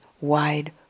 wide